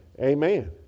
Amen